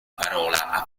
parola